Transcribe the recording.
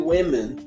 women